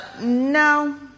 No